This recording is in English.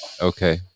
Okay